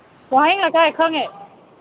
ꯋꯥꯍꯦꯡꯂꯩꯀꯥꯏ ꯈꯪꯉꯦ